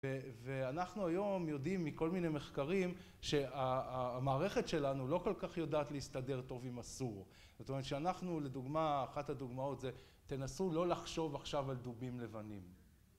ואנחנו היום יודעים מכל מיני מחקרים שהמערכת שלנו לא כל כך יודעת להסתדר טוב עם אסור, זאת אומרת שאנחנו לדוגמה, אחת הדוגמאות זה תנסו לא לחשוב עכשיו על דובים לבנים